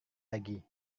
lagi